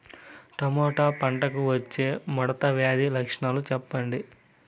Tomato పంటకు వచ్చే ముడత వ్యాధి లక్షణాలు చెప్పండి?